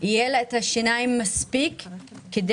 יהיה לה מספיק שיניים כדי